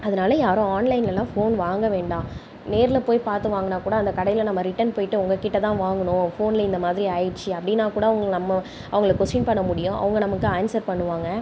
அதனால யாரும் ஆன்லைன்லலாம் ஃபோன் வாங்க வேண்டாம் நேரில் போய் பார்த்து வாங்கினா கூட அந்த கடையில் நம்ம ரிட்டன் போய்ட்டு உங்கள் கிட்ட தான் வாங்கினோம் ஃபோனில் இந்த மாதிரி ஆயிடுச்சி அப்படின்னா கூட அவங்கள் நம்ம அவங்களை கொஷ்ஷீன் பண்ண முடியும் அவங்க நமக்கு ஆன்சர் பண்ணுவாங்க